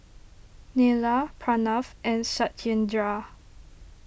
Neila Pranav and Satyendra